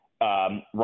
Right